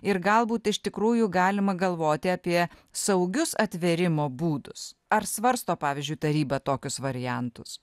ir galbūt iš tikrųjų galima galvoti apie saugius atvėrimo būdus ar svarsto pavyzdžiui taryba tokius variantus